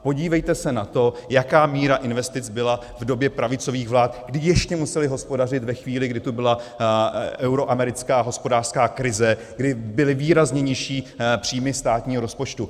Podívejte se na to, jaká míra investic byla v době pravicových vlád, kdy ještě musely hospodařit ve chvíli, kdy tady byla euroamerická hospodářská krize, kdy byly výrazně nižší příjmy státního rozpočtu.